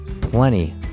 plenty